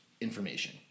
information